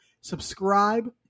subscribe